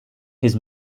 his